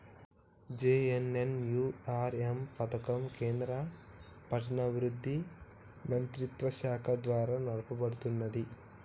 JNNURM పథకం కేంద్ర పట్టణాభివృద్ధి మంత్రిత్వశాఖ ద్వారా నడపబడుతున్నది